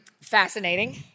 Fascinating